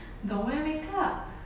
don't wear makeup